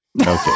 Okay